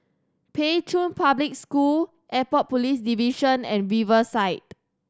Pei Chun Public School Airport Police Division and Riverside